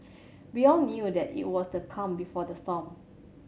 we all knew that it was the calm before the storm